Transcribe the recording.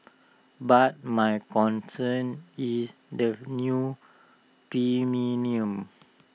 but my concern is the new premiums